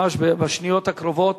ממש בשניות הקרובות